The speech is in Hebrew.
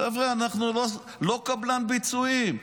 חבר'ה, אנחנו לא קבלן ביצועים.